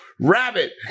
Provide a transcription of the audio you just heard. rabbit